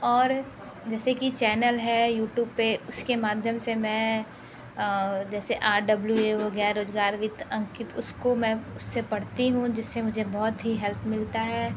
और जैसे कि चैनल है यूट्यूब पर उस के माध्यम से मैं जैसे आर डब्लू ए हो गया रोज़गार विथ अंकित उस को मैं उसे पढ़ती हूँ जिस से मुझे बहुत ही हेल्प मिलती है